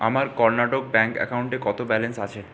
আমার কর্ণাটক ব্যাঙ্ক অ্যাকাউন্টে কত ব্যালেন্স আছে